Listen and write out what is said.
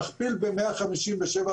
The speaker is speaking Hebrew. תכפיל ב-157,